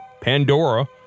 Pandora